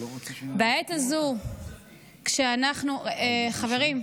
בעת הזו, כשאנחנו, חברים,